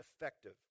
effective